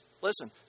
listen